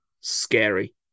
scary